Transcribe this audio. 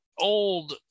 Old